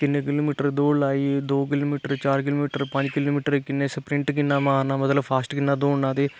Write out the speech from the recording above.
इने किलोमिटर दौड़ लाई दौ किलोमिटर चार किलोमिटर पंज किलोमिटर किन्ने सप्रिंट किन्ना मारना मतलब फास्ट किन्ना दौड़ना ते बल्ले किन्ना दौड़ना आसें